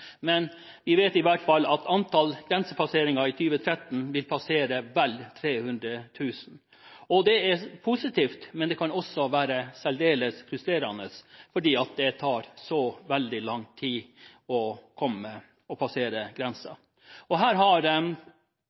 men vi vet i hvert fall at antall grensepasseringer i 2013 vil passere vel 300 000. Det er positivt, men det kan også være særdeles frustrerende, fordi det tar så veldig lang tid å passere grensen. Her har Norge fortsatt en